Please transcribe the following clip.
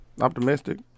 Optimistic